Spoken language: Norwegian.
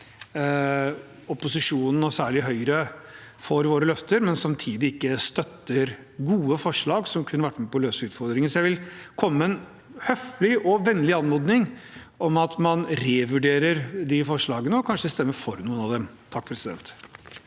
opposisjonen og særlig Høyre for sine løfter, men samtidig ikke støtter gode forslag som kunne vært med på å løse utfordringene. Jeg vil komme med en høflig og vennlig anmodning om at man revurderer forslagene og kanskje stemmer for noen av dem. Lene Vågslid